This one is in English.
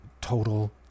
total